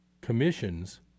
commissions